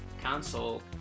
console